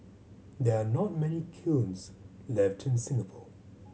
there are not many kilns left in Singapore